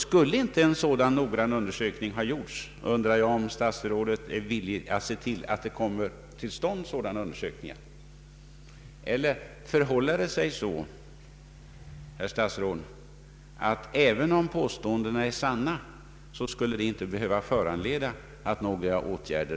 Skulle inte en sådan noggrann undersökning ha gjorts, undrar jag om statsrådet är villig att se till att en dylik undersökning kommer till stånd. Eller förhåller det sig så, herr statsråd, att även om påståendena är sanna skulle de inte behöva föranleda några åtgärder?